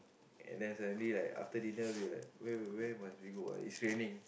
and then suddenly like after dinner where must we go ah it's raining